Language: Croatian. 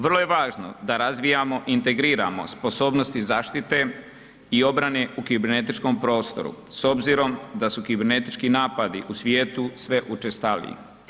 Vrlo je važno da razvijamo i integriramo sposobnosti zaštite i obrane u kibernetičkom prostoru s obzirom da su kibernetički napadi u svijetu sve učestaliji.